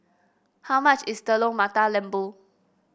how much is Telur Mata Lembu